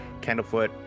Candlefoot